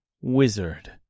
wizard